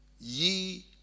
Ye